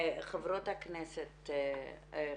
חברת הכנסת מיכל,